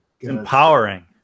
Empowering